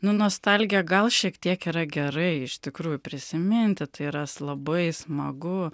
nu nostalgija gal šiek tiek yra gerai iš tikrųjų prisiminti tai yra labai smagu